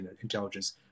intelligence